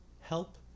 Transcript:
help